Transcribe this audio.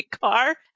car